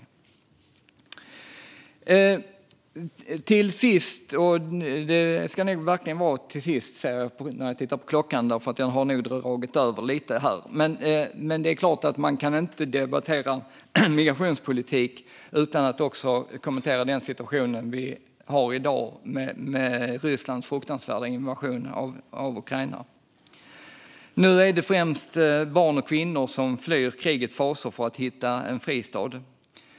Man kan inte debattera migrationspolitik utan att också kommentera den situation som finns i dag med Rysslands fruktansvärda invasion av Ukraina. Nu är det främst kvinnor och barn som flyr krigets fasor för att hitta en fristad.